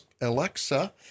Alexa